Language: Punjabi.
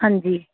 ਹਾਂਜੀ